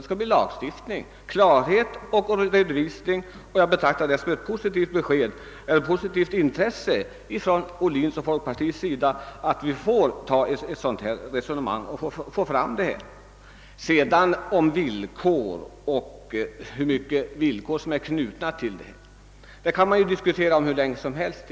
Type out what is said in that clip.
Vad jag vill ha är en klar redovisning, och jag betraktar herr Ohlins inlägg här i dag som ett besked om att folkpartiet hyser ett positivt intresse för att resonemang om saken tas upp. Frågan om vilka villkor som kan vara knutna till bidragen och vilket samband som kan finnas går det ju att diskutera hur länge som helst.